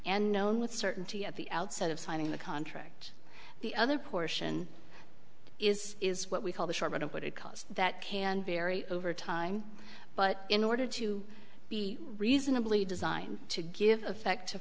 and known with certainty at the outset of signing the contract the other portion is is what we call the short of what it cost that can vary over time but in order to be reasonably designed to give effect to